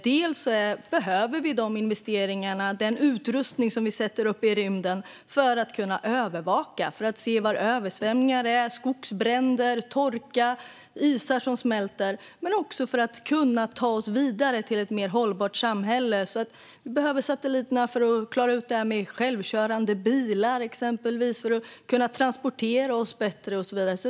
Vi behöver de investeringarna och den utrustning som vi sätter upp i rymden för att kunna övervaka och se översvämningar, skogsbränder, torka och isar som smälter men också för att kunna ta oss vidare till ett mer hållbart samhälle. Vi behöver satelliterna för att klara ut detta med självkörande bilar och för att kunna transportera oss bättre och så vidare.